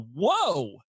whoa